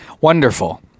wonderful